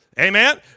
Amen